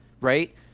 Right